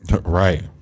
Right